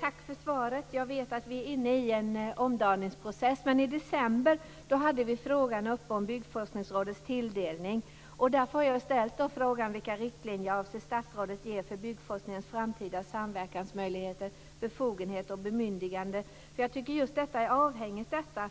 Tack för svaret. Jag vet att vi är inne i en omdaningsprocess. Men i december hade vi frågan om Byggforskningsrådets tilldelning uppe. Därför har jag ställt frågan om vilka riktlinjer statsrådet avser att ge för byggforskningens framtida samverkansmöjligheter, befogenheter och bemyndiganden. Jag tycker att just tilldelningen är avhängigt detta.